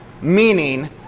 meaning